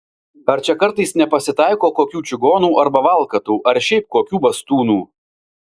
ar čia kartais nepasitaiko kokių čigonų arba valkatų ar šiaip kokių bastūnų